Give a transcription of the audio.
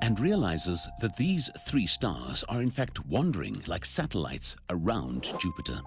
and realizes that these three stars are in fact wandering like satellites around jupiter.